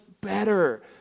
better